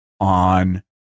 On